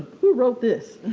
who wrote this,